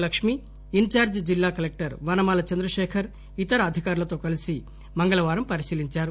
Lakshmi incharge జిల్లా collector Vanamala Chandra Shekhar ఇతర అధికారులతో కలిసి మంగళవారం పరిశీలించారు